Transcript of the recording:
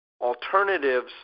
alternatives